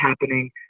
happening